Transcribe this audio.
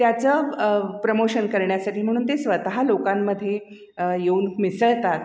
त्याचं प्रमोशन करण्यासाठी म्हणून ते स्वतः लोकांमध्ये येऊन मिसळतात